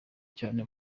cyane